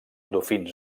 dofins